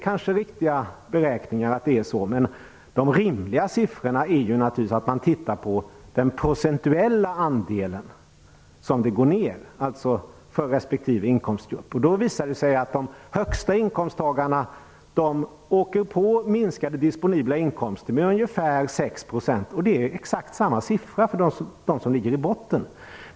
Den beräkningen kanske är riktig, men det rimliga är naturligtvis att man tittar på den procentuella andelen minskning för respektive inkomstgrupp. Då visar det sig att de som har de högsta inkomsterna får en minskning av den disponibla inkomsten på ungefär 6 %. Det är exakt samma siffra för dem som ligger i botten.